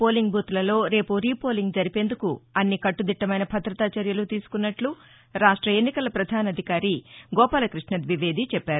polling booth లలో రేపు re polling జరిపేందుకు అన్ని కట్యదిట్యమైన భదతా చర్యలు తీసుకున్నట్లు రాష్ట ఎన్నికల ప్రధాన అధికారి గోపాలకృష్ణ ద్వివేది చెప్పారు